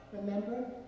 Remember